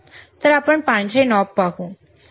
तर आपण पांढरे नॉब पाहू